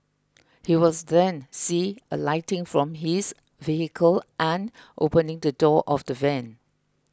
he was then see alighting from his vehicle and opening the door of the van